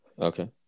Okay